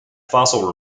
fossil